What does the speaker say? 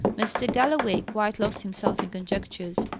mr. galloway quite lost himself in conjectures.